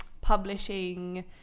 publishing